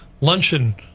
luncheon